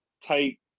take